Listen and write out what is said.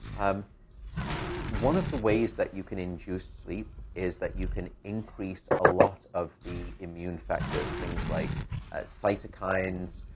um one of the ways that you can induce sleep is that you can increase a lot of the immune factors, things like cytokines,